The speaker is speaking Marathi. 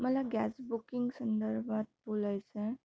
मला गॅस बुकिंग संदर्भात बोलायचं आहे